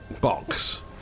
Box